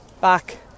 back